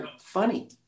funny